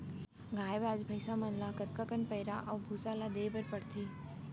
गाय ब्याज भैसा मन ल कतका कन पैरा अऊ भूसा ल देये बर पढ़थे?